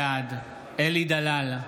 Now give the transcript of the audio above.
בעד אלי דלל,